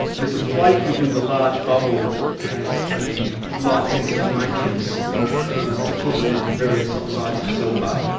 there's a plate within the large bubble that has a light-sensitive matrix which was deposited in various oxides of silver,